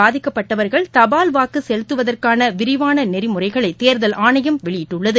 பாதிக்கப்பட்டவர்கள் தபால்வாக்குசெலுத்துவதற்கானவிரிவானநெறிமுறைகளைதேர்தல் ஆணையம் வெளியிட்டுள்ளது